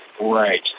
right